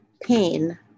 Pain